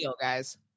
guys